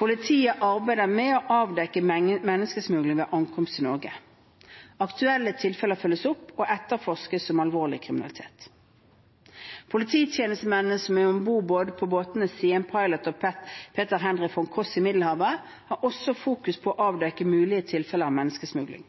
Politiet arbeider med å avdekke menneskesmugling ved ankomst til Norge. Aktuelle tilfeller følges opp og etterforskes som alvorlig kriminalitet. Polititjenestemenn som er om bord på båtene «Siem Pilot» og «Peter Henry von Koss» i Middelhavet, har også fokus på å avdekke mulige tilfeller av menneskesmugling.